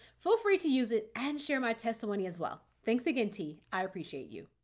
feel free to use it and share my testimony as well. thanks again, t i appreciate you.